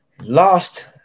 Last